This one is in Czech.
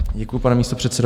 Děkuji, pane místopředsedo.